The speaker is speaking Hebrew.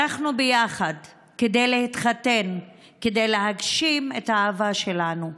ברחנו ביחד כדי להתחתן, כדי להגשים את האהבה שלנו.